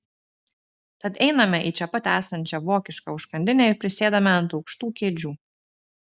tad einame į čia pat esančią vokišką užkandinę ir prisėdame ant aukštų kėdžių